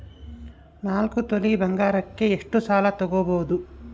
ನಾಲ್ಕು ತೊಲಿ ಬಂಗಾರಕ್ಕೆ ಎಷ್ಟು ಸಾಲ ತಗಬೋದು?